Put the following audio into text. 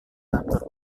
kantor